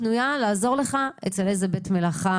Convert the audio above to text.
אני פנויה לעזור אליך: אצל איזה בית מלאכה?